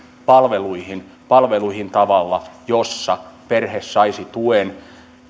palveluihin palveluihin tavalla jolla perhe saisi tuen